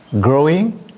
growing